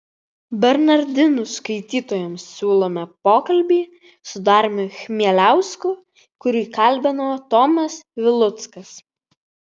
bernardinų skaitytojams siūlome pokalbį su dariumi chmieliausku kurį kalbino tomas viluckas